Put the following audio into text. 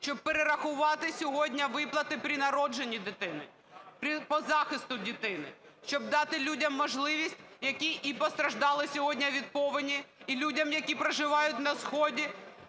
щоб перерахувати сьогодні виплати при народженні дитини, по захисту дитини. Щоб дати людям можливість, які і постраждали сьогодні від повені, і людям, які проживають на сході,